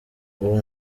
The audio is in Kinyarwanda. ubu